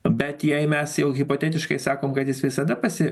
bet jei mes jau hipotetiškai sakom kad jis visada pasi